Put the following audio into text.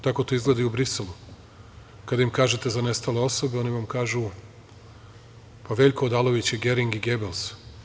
Tako to izgleda i u Briselu, kada im kažete za nestale osobe, oni vam kažu, pa Veljko Odalović je Gering i Gebels.